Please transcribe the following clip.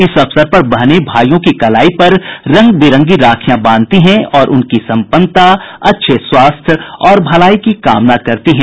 इस अवसर पर बहने भाइयों की कलाई पर रंग बिरंगी राखियां बांधती हैं और उनकी संपन्नता अच्छे स्वास्थ्य और भलाई की कामना करती हैं